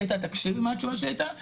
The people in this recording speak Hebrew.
ותקשיבו מה התשובה שלי הייתה.